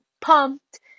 pumped